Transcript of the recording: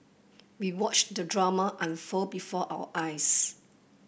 we watched the drama unfold before our eyes